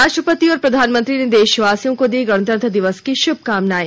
राष्ट्रपति और प्रधानमंत्री ने देशवासियों को दी गणतंत्र दिवस की शुभकामनाएं